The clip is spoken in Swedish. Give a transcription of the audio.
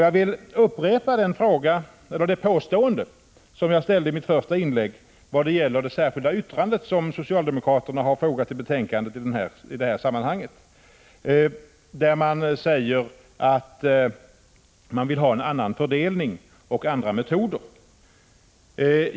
Jag vill upprepa det påstående som jag gjorde i mitt första inlägg vad gäller det särskilda yttrande som socialdemokraterna i detta sammanhang har fogat till betänkandet. De säger där att de vill ha en annan fördelning och andra metoder.